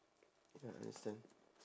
ya understand